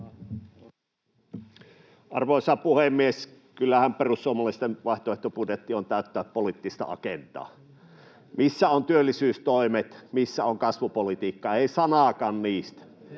Arvoisa puhemies! Kyllähän perussuomalaisten vaihtoehtobudjetti on täyttä poliittista agendaa. Missä ovat työllisyystoimet? Missä on kasvupolitiikka? Ei sanaakaan niistä.